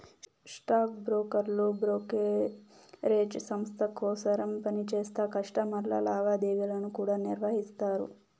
stock బ్రోకర్లు brokerage సంస్త కోసరం పనిచేస్తా కస్టమర్ల లావాదేవీలను కూడా నిర్వహిస్తారు